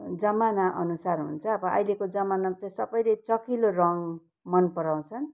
जमानाअनुसार हुन्छ अब अहिलेको जमाना चाहिँ सबैले चहकिलो रङ मन पराउँछन्